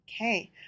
Okay